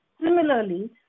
Similarly